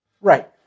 Right